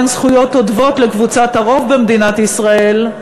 אין זכויות עודפות לקבוצת הרוב במדינת ישראל,